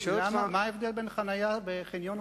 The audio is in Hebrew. מה ההבדל בין חנייה בחניון לחנייה על מדרכות?